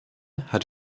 hat